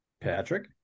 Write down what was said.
Patrick